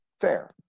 fair